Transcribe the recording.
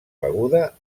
beguda